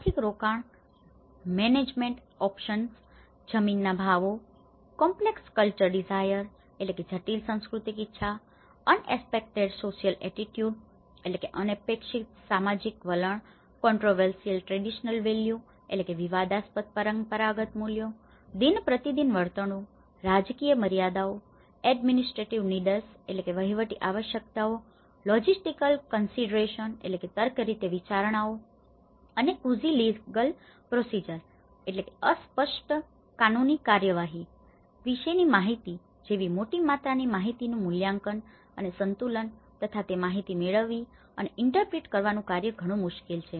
આર્થિક રોકાણ management options management options સંચાલનના વિકલ્પો જમીનના ભાવો complex culture desire complex cultural desiresજટિલ સાંસ્કૃતિક ઇચ્છાઓ unexpected social attitude unexpected social attitudes અનપેક્ષિત સામાજિક વલણ controversial traditional value controversial traditional values વિવાદાસ્પદ પરંપરાગત મૂલ્યો દિન પ્રતિદિન વર્તણૂક રાજકીય મર્યાદાઓ એડમિનિસ્ટ્રેટિવ નિડસ administrative needs વહીવટી આવશ્યકતાઓ લોજિસ્ટિકલ કન્સીડરેશન logistical considerations તર્કરીતે વિચારણાઓ અને fuzzy legal procedure fuzzy legal procedures અસ્પષ્ટ કાનૂની કાર્યવાહી વિશેની માહિતી જેવી મોટી માત્રાની માહિતીનું મૂલ્યાંકન અને સંતુલન તથા તે માહિતી મેળવવી અને ઇન્ટરપ્રીટ કરવાનું કાર્ય ઘણું મુશ્કેલ છે